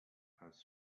has